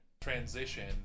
transition